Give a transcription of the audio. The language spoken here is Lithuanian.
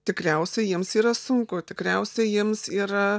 tikriausiai jiems yra sunku tikriausiai jiems yra